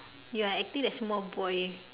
you are acting like small boy